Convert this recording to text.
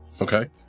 Okay